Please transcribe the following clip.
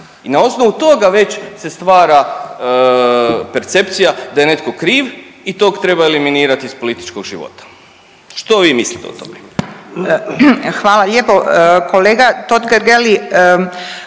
I na osnovu toga već se stvara percepcija da je netko kriv i tog treba eliminirati iz političkog života. Što vi mislite o tome? **Juričev-Martinčev,